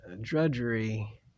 drudgery